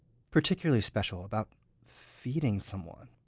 particularly special about feeding someone.